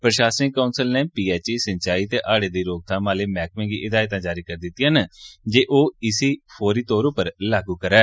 प्रशासनिक काउंसिल नै पीएवई सिंचाई ते हाड़े दी रोकथाम आह्ले मैह्कमें गी हिदायतां जारी कीतियां न जे ओह् इस्सी फौरी तौर उप्पर लागू करै